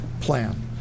plan